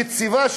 יציבה,